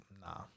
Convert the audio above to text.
Nah